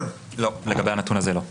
לא, לגבי הנתון הזה לא.